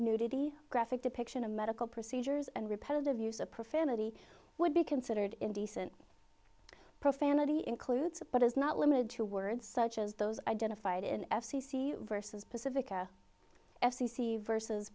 nudity graphic depiction of medical procedures and repetitive use of profanity would be considered indecent profanity includes a but is not limited to words such as those identified in f c c versus pacifica f c c versus